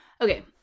Okay